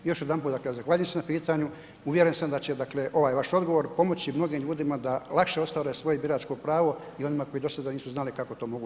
Još jedanput, dakle zahvaljujem se na pitanju, uvjeren sam da će ovaj vaš odgovor, pomoćni mnogim ljudima, da lakše ostvare svoje biračko pravo i onima koji dosada nisu znali kako to ostvariti.